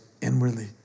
inwardly